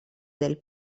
del